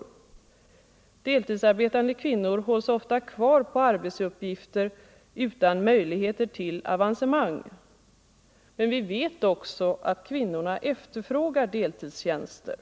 Deltidsarbetande Nr 130 kvinnor hålls ofta kvar på arbetsuppgifter utan möjligheter till avan Torsdagen den cemang. Men vi vet också att kvinnorna efterfrågar deltidstjänster.